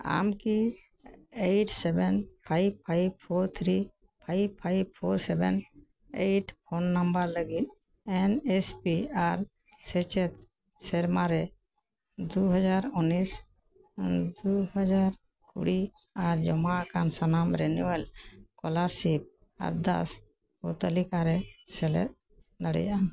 ᱟᱢᱠᱤ eight seven five five four three five five four seven eight phone number ᱞᱟᱹᱜᱤᱫ N S P ᱟᱨ ᱥᱮᱪᱮᱫ ᱥᱮᱨᱢᱟᱨᱮ ᱫᱩᱦᱟᱡᱟᱨ ᱩᱱᱤᱥ ᱫᱩᱦᱟᱡᱟᱨ ᱠᱩᱲᱤ ᱟᱨ ᱡᱚᱢᱟ ᱟᱠᱟᱱ ᱥᱟᱱᱟᱢ ᱨᱮᱱᱩᱣᱟᱞ ᱥᱠᱚᱞᱟᱨᱥᱤᱯ ᱟᱨᱫᱟᱥ ᱛᱟᱞᱤᱠᱟᱨᱮᱢ ᱥᱮᱞᱮᱫ ᱫᱟᱲᱤᱭᱟᱜᱼᱟ